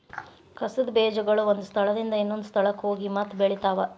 ಕಸದ ಬೇಜಗಳು ಒಂದ ಸ್ಥಳದಿಂದ ಇನ್ನೊಂದ ಸ್ಥಳಕ್ಕ ಹೋಗಿ ಮತ್ತ ಬೆಳಿತಾವ